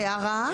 הערה,